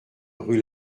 rue